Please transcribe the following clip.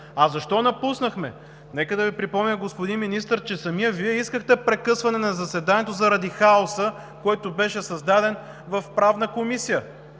А защо напуснахме – нека да Ви припомня, господин Министър, че самият Вие искахте прекъсване на заседанието заради хаоса, който беше създаден в Правната комисия